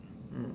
mm